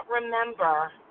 remember